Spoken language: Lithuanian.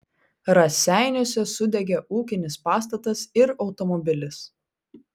raseiniuose sudegė ūkinis pastatas ir automobilis